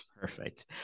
perfect